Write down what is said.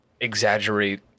exaggerate